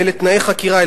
ואלה תנאי חקירה,